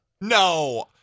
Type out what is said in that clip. no